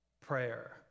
prayer